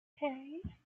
hey